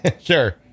Sure